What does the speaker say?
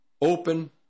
Open